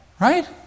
Right